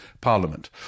Parliament